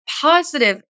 positive